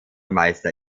meister